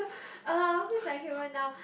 uh who's my hero now